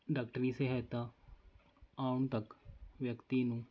ਡਾਕਟਰੀ ਸਹਾਇਤਾ ਆਉਣ ਤੱਕ ਵਿਅਕਤੀ ਨੂੰ